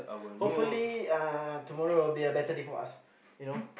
hopefully uh tomorrow will be a better day for us you know